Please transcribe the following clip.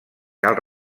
cal